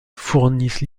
fournissent